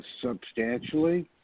substantially